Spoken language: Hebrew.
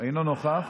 אינו נוכח,